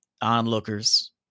onlookers